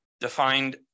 defined